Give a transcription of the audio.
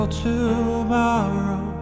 tomorrow